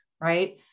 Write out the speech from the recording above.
right